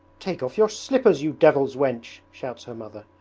take off your slippers, you devil's wench shouts her mother,